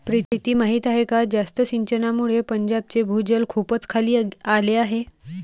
प्रीती माहीत आहे का जास्त सिंचनामुळे पंजाबचे भूजल खूपच खाली आले आहे